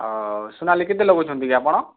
ଆଉ ସୋନାଲି କେତେ ଲଗଉଛନ୍ତି କି ଆପଣ